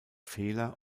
fehler